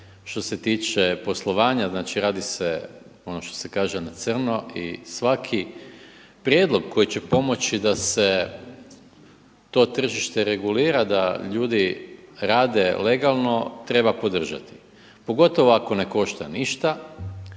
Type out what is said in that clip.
što se tiče poslovanja. Znači, radi se ono što se kaže na crno. I svaki prijedlog koji će pomoći da se to tržište regulira, da ljudi rade legalno treba podržati pogotovo ako ne košte ništa,